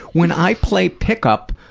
when i play pick-up,